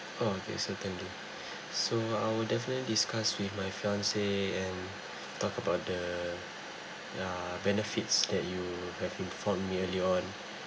oh okay so thank you so I will definitely discuss with my fiancée and talk about the uh benefits that you have informed me earlier on